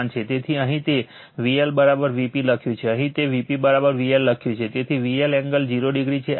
તેથી અહીં તે VL Vp લખ્યું છે અહીં મેં Vp VL લખ્યું છે તેથી VL એંગલ 0o છે